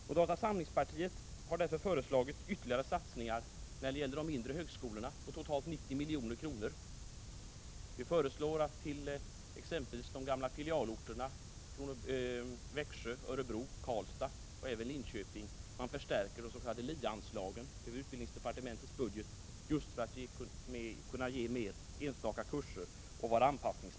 Moderata samlingspartiet har därför föreslagit ytterligare satsningar på de mindre högskolorna, uppgående till totalt 90 milj.kr. Vi föreslår att för exempelvis de gamla filialorterna Växjö, Örebro, Karlstad och Linköping förstärkningar görs av de s.k. LIE-anslagen på utbildningsdepartementets budget för att man där skall kunna ge flera enstaka kurser och vara mer anpassningsbar.